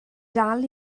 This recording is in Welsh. dal